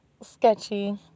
sketchy